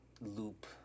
loop